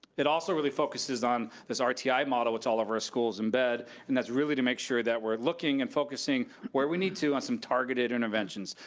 it also really focuses on this ah rti ah model which all of our schools embed, and that's really to make sure that we're looking and focusing where we need to on some targeted interventions.